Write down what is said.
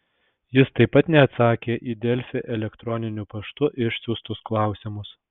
jis taip pat neatsakė į delfi elektroniniu paštu išsiųstus klausimus